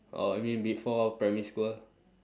oh you mean before primary school